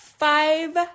Five